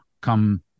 come